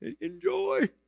Enjoy